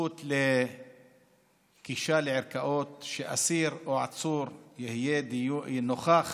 הזכות לגישה לערכאות, שאסיר או עצור יהיה נוכח